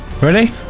ready